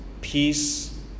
Peace